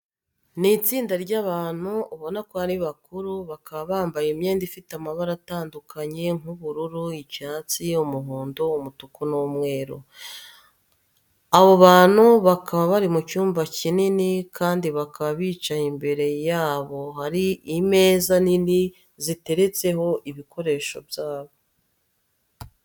Ni itsinda ry'abantu ubona ko ari bakuru, bakaba bambaye imyenda ifite amabara atandukanye nk'ubururu, icyatsi, umuhondo, umutuku n'umweru. Abo bantu bakaba bari mu cyumba kinini kandi bakaba bicaye, imbere yabo hari imeza nini ziteretseho ibikoresho byabo.